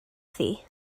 thi